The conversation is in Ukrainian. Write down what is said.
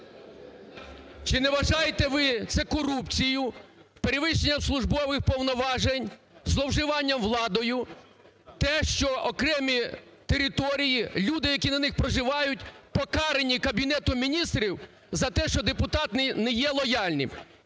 Чи не вважаєте ви це корупцією, перевищенням службових повноважень, зловживанням владою – те, що окремі території, люди, які на них проживають, покарані Кабінетом Міністрів за те, що депутат не є лояльним?